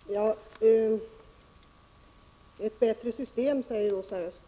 Fru talman! Vi vill få till stånd ett bättre system, säger Rosa Östh.